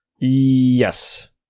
Yes